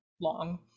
long